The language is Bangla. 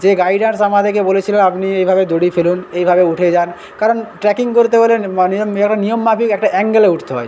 যে গাইডার্স আমাদেকে বলেছিল আপনি এভাবে দড়ি ফেলুন এইভাবে উঠে যান কারণ ট্রেকিং করতে হলে নিয়ম একটা নিয়ম মাফিক একটা অ্যাঙ্গেলে উঠতে হয়